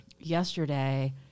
yesterday